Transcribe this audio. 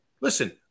listen